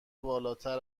بالاتر